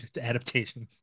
adaptations